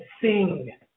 sing